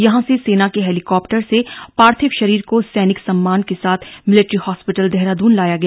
यहां से सेना के हेलीकॉप्टर से पार्थिव शरीर को सैनिक सम्मान के साथ मिलिट्री हॉस्पिटल देहराद्रन लाया गया